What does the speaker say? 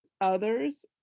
others